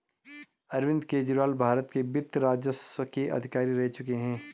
अरविंद केजरीवाल भारत के वित्त राजस्व के अधिकारी रह चुके हैं